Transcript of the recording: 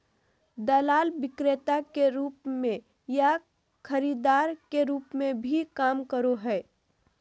दलाल विक्रेता के रूप में या खरीदार के रूप में भी काम करो हइ